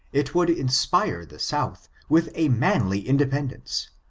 it would inspire the south with a manly independence,